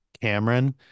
Cameron